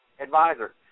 advisor